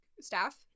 staff